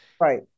Right